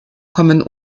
kommen